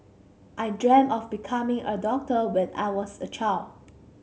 I dreamt of becoming a doctor when I was a child